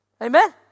amen